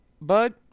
bud